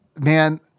Man